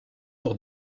sur